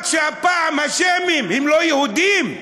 רק שהפעם השמים הם לא יהודים?